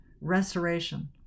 restoration